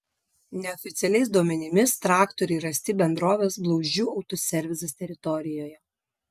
neoficialiais duomenimis traktoriai rasti bendrovės blauzdžių autoservisas teritorijoje